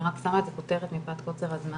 אני רק שמה את זה ככותרת מפאת קוצר הזמן.